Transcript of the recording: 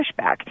pushback